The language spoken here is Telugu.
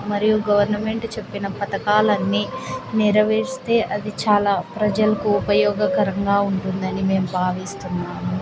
మరియు గవర్నమెంట్ చెప్పిన పథకాలు అన్నీ నెరవేరిస్తే అది చాలా ప్రజలకు ఉపయోగకరంగా ఉంటుంది అని మేము భావిస్తున్నాము